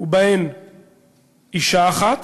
אישה אחת